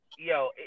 Yo